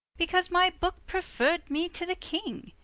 because my booke preferr'd me to the king.